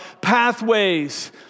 pathways